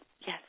Yes